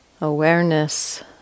Awareness